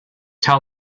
tell